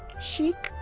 sheik,